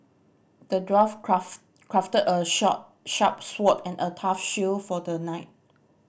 the dwarf craft crafted a short sharp sword and a tough shield for the knight